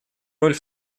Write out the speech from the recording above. роль